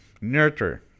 nurture